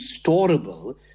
storable